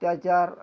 ଅତ୍ୟାଚାର୍